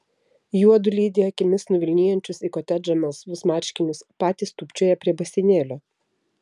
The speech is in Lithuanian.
juodu lydi akimis nuvilnijančius į kotedžą melsvus marškinius patys tūpčioja prie baseinėlio